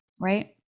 right